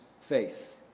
faith